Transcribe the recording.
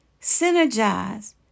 Synergize